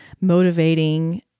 motivating